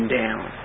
down